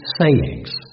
sayings